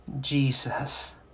Jesus